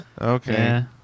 Okay